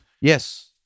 Yes